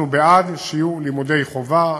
אנחנו בעד לימודי חובה נרחבים,